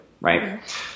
right